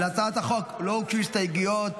להצעת החוק לא הוגשו הסתייגויות,